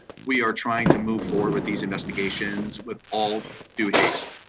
we are trying to move forward with these investigations, with all due haste.